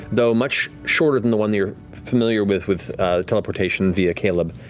though much shorter than the one you're familiar with with teleportation via caleb.